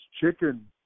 chicken